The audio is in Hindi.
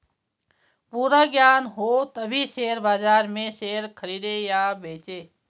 पूरा ज्ञान हो तभी शेयर बाजार में शेयर खरीदे या बेचे